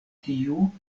tiu